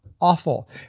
awful